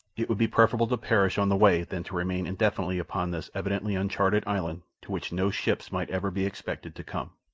it would be preferable to perish on the way than to remain indefinitely upon this evidently uncharted island to which no ships might ever be expected to come.